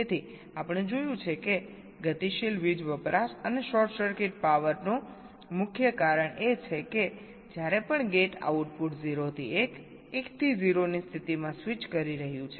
તેથી આપણે જોયું છે કે ગતિશીલ વીજ વપરાશ અને શોર્ટ સર્કિટ પાવરનું મુખ્ય કારણ એ છે કે જ્યારે પણ ગેટ આઉટપુટ 0 થી 1 1 થી 0 ની સ્થિતિમાં સ્વિચ કરી રહ્યું છે